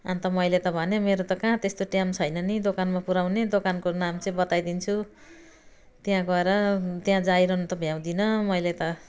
अन्त मैले त भनेँ मेरो त कहाँ त्यस्तो टाइम छैन नि दोकानमा पुर्याउने दोकानको नाम चाहिँ बताइदिन्छु त्यहाँ गएर त्यहाँ जाइरहनु त भ्याउँदिनँ मैले त